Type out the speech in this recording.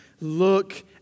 look